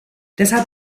deshalb